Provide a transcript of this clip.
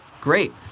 great